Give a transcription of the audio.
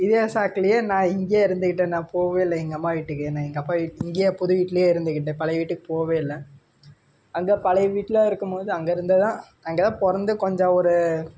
இதே சாக்குலேயே நான் இங்கேயே இருந்துக்கிட்டேன் நான் போகவே இல்லை எங்கள் அம்மா வீட்டுக்கு என்னை எங்கள் அப்பா இங்கேயே புது வீட்லேயே இருந்துக்கிட்டேன் பழைய வீட்டுக்கு போகவே இல்லை அங்கே பழைய வீட்டில் இருக்கும்போது அங்கேயிருந்துதான் அங்கே தான் பிறந்து கொஞ்சம் ஒரு